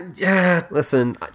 Listen